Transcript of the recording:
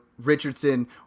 Richardson